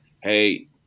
hey